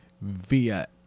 via